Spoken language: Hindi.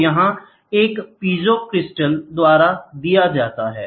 तो यहाँ एक पीजो क्रिस्टल द्वारा दिया जाएगा